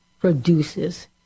produces